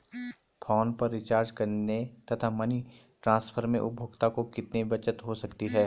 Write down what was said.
Phone पर recharge करने तथा मनी ट्रांसफर में उपभोक्ता को कितनी बचत हो सकती है?